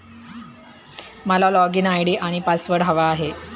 मला login ID आणि password हवा आहे